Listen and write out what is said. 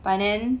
by then